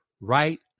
right